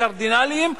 הקרדינליים,